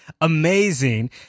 amazing